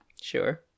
Sure